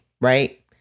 Right